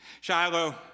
Shiloh